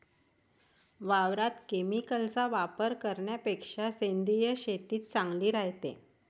वावरात केमिकलचा वापर करन्यापेक्षा सेंद्रिय शेतीच चांगली रायते